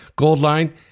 Goldline